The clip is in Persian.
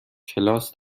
کلاس